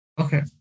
Okay